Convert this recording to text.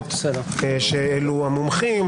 להצעות שהעלו המומחים,